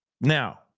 Now